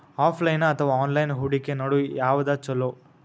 Offline ಅಥವಾ online ಹೂಡಿಕೆ ನಡು ಯವಾದ ಛೊಲೊ?